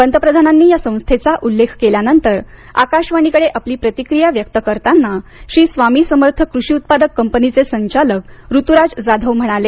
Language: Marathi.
पंतप्रधानांनी या संस्थेचा उल्लेख केल्यानंतर आकाशवाणीकडे आपली प्रतिक्रिया व्यक्त करताना श्री स्वामी समर्थ कृषी उत्पादक कंपनीचे संचालक ऋतुराज जाधव म्हणाले